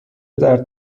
درد